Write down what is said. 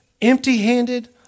empty-handed